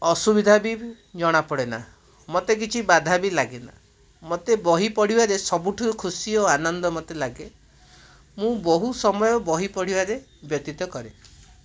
ଅସୁବିଧା ବି ଜଣାପଡ଼େନା ମୋତେ କିଛି ବାଧା ବି ଲଗେନା ମୋତେ ବହି ପଢ଼ିବାରେ ସବୁଠୁ ଖୁସି ଓ ଆନନ୍ଦ ମୋତେ ଲାଗେ ମୁଁ ବହୁ ସମୟ ବହି ପଢ଼ିବାରେ ବ୍ୟତିତ କରେ